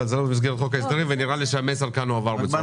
אבל זה לא במסגרת חוק ההסדרים ונראה לי שהמסר הועבר כאן בצורה